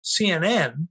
CNN